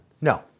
No